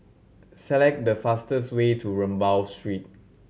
select the fastest way to Rambau Street